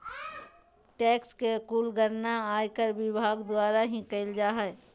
tax के कुल गणना आयकर विभाग द्वारा ही करल जा हय